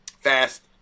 fast